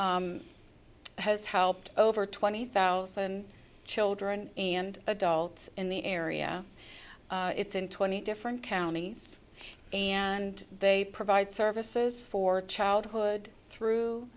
has helped over twenty thousand children and adults in the area it's in twenty different counties and they provide services for childhood through